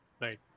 Right